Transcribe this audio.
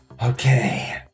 Okay